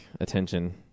attention